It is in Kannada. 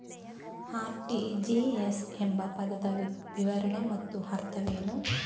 ಆರ್.ಟಿ.ಜಿ.ಎಸ್ ಎಂಬ ಪದದ ವಿವರಣೆ ಮತ್ತು ಅರ್ಥವೇನು?